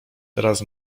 teraz